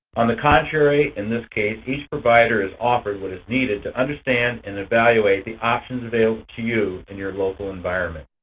on the contrary, in this case, each provider is offered what is needed to understand and evaluate the options available to you in your local environment.